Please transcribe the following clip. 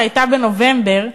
שהייתה בנובמבר,